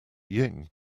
ying